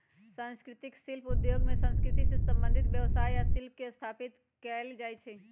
संस्कृतिक शिल्प उद्योग में संस्कृति से संबंधित व्यवसाय आ शिल्प के स्थापित कएल जाइ छइ